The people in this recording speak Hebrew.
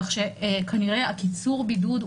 כך שכנראה קיצור הבידוד,